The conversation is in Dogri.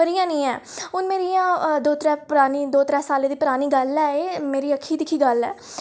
पर इ'यां निं ऐ हून मेरियां दो त्रै परानी दो त्रै सालें दी परानी गल्ल ऐ मेरी अक्खी दिक्खी गल्ल ऐ